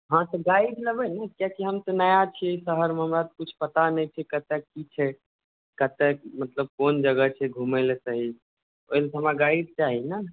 हँ तऽ गाड़ी लेबै ने किएकि हम तऽ नया छी ई शहरमे हमरा किछु पता नहि छै कतऽ की छै कतऽ मतलब कोन जगह छै सही घुमऽ लए ओहिठमा गाइड चाही ने हमरा